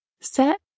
Set